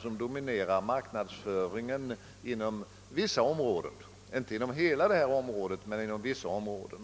som dominerar marknadsföringen inom en viss speciell sektor.